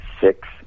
six